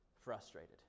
frustrated